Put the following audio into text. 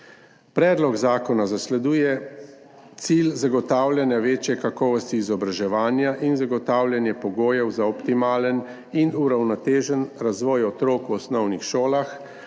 Predlog zakona zasleduje cilj zagotavljanja večje kakovosti izobraževanja in zagotavljanje pogojev za optimalen in uravnotežen razvoj otrok v osnovnih šolah,